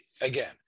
again